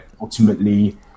ultimately